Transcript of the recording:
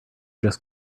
just